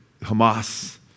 Hamas